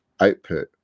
output